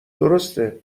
درسته